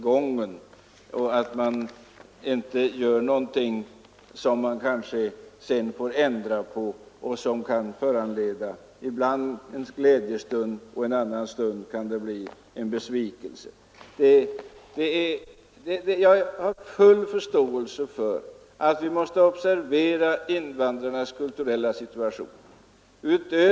Det är bättre än att man gör någonting som man kanske sedan får ändra på — någonting som ena stunden kan bli till glädje men andra stunden till besvikelse. Jag har full förståelse för att vi måste observera invandrarnas kulturella situation.